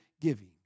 giving